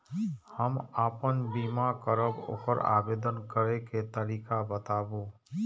हम आपन बीमा करब ओकर आवेदन करै के तरीका बताबु?